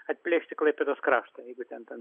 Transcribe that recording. atplėšti klaipėdos kraštą jeigu ten ten